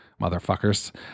motherfuckers